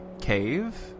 cave